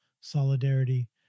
solidarity